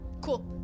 Cool